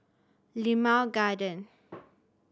Limau Garden